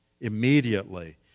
immediately